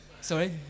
Sorry